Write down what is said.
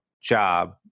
job